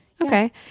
Okay